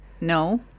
No